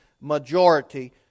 majority